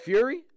Fury